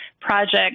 project